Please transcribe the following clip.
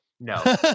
no